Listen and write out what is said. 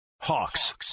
Hawks